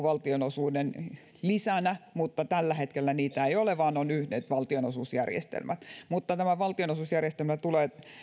valtionosuuden lisänä mutta tällä hetkellä niitä ei ole vaan on yksi valtionosuusjärjestelmä tämä valtionosuusjärjestelmä tulee